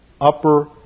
upper